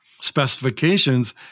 specifications